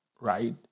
right